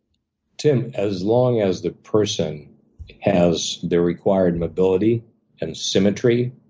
tim, as long as the person has their required ability and symmetry,